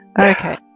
Okay